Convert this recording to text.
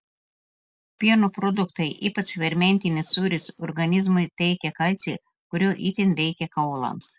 pieno produktai ypač fermentinis sūris organizmui tiekia kalcį kurio itin reikia kaulams